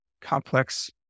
complex